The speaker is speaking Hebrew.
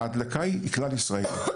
ההדלקה היא לכלל ישראל.